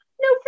No